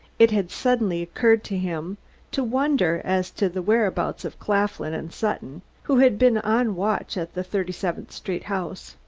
it had suddenly occurred to him to wonder as to the whereabouts of claflin and sutton, who had been on watch at the thirty-seventh street house.